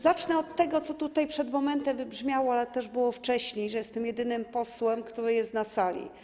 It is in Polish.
Zacznę od tego, co tutaj przed momentem wybrzmiało, ale było też przywoływane wcześniej, że jestem jedynym posłem PiS, który jest na sali.